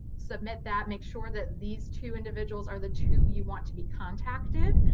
submit that. make sure that these two individuals are the two you want to be contacted,